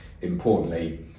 importantly